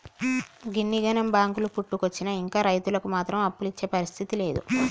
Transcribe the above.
గిన్నిగనం బాంకులు పుట్టుకొచ్చినా ఇంకా రైతులకు మాత్రం అప్పులిచ్చే పరిస్థితి లేదు